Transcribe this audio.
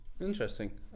Interesting